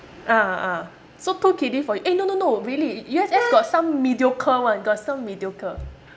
ah ah ah so too kiddy for you eh no no no really U_S_S got some mediocre [one] got some mediocre